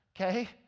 okay